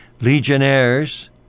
Legionnaires